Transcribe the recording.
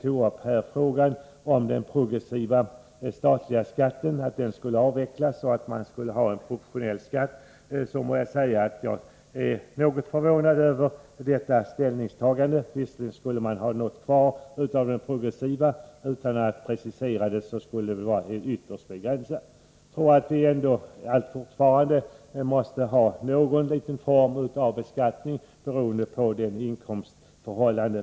Men jag måste säga att Bo Lundgrens uttalande om att den statliga progressiva skatten skulle avvecklas och att i stället en proportionell skatt skulle införas, förvånade mig. Visserligen ville man ha kvar något av den progressiva beskattningen, men den skulle vara ytterst begränsad. Själv anser jag att vi även framöver måste ha en viss progressiv beskattning beroende på vederbörandes inkomstförhållanden.